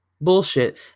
Bullshit